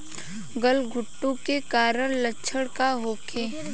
गलघोंटु के कारण लक्षण का होखे?